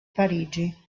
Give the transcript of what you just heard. parigi